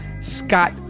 Scott